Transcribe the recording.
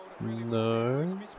No